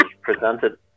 presented